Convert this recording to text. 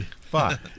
fuck